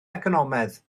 economaidd